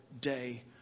day